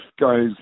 guys